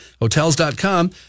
Hotels.com